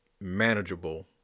manageable